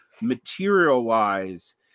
materialize